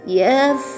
yes